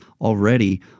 already